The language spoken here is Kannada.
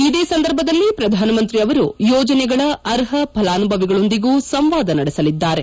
ಇದೇ ಸಂದರ್ಭದಲ್ಲಿ ಪ್ರಧಾನ ಮಂತ್ರಿ ಅವರು ಯೋಜನೆಗಳ ಅರ್ಹ ಫಲಾನುಭವಿಗಳೊಂದಿಗೂ ಸಂವಾದ ನಡೆಸಲಿದ್ದಾರೆ